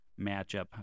matchup